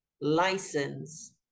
license